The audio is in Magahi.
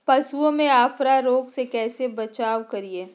पशुओं में अफारा रोग से कैसे बचाव करिये?